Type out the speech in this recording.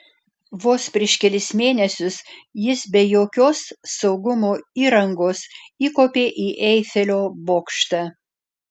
vos prieš kelis mėnesius jis be jokios saugumo įrangos įkopė į eifelio bokštą